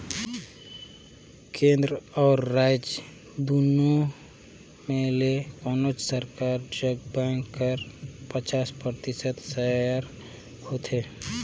केन्द्र अउ राएज दुनो में ले कोनोच सरकार जग बेंक कर पचास परतिसत सेयर होथे